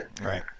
right